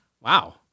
Wow